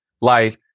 life